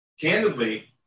Candidly